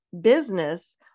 business